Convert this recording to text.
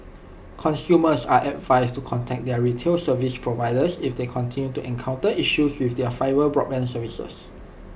consumers are advised to contact their retail service providers if they continue to encounter issues with their fibre broadband services